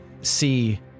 see